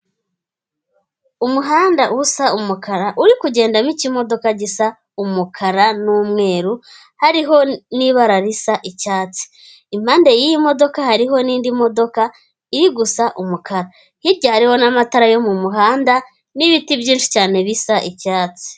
Umuhanda usa umukara, uri kugenda bikimodoka gisa umukara n'umweru, hariho n'ibara risa icyatsi. Impande y'iyi modoka hariho n'indi modoka iri gusa umukara. Hirya hariho n'amatara yo mu muhanda n'ibiti byinshi cyane bisa icyatsi.